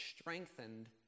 strengthened